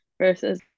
versus